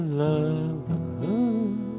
love